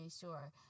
sure